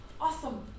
Awesome